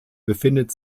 befindet